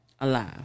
alive